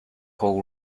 whole